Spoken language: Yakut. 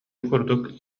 курдук